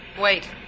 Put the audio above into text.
Wait